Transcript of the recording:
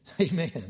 Amen